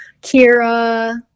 Kira